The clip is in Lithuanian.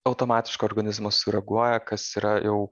automatiškai organizmas sureaguoja kas yra jau